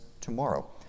tomorrow